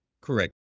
Correct